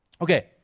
Okay